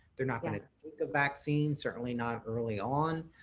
they're not going to vaccine, certainly not early on,